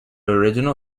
original